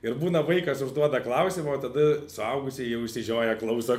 ir būna vaikas užduoda klausimą o tada suaugusieji išsižioję klauso